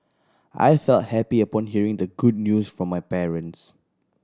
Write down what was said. I felt happy upon hearing the good news from my parents